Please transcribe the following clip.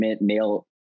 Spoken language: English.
male